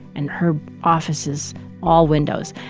and her office is all windows.